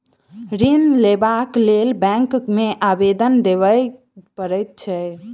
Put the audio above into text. ऋण लेबाक लेल बैंक मे आवेदन देबय पड़ैत छै